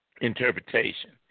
Interpretation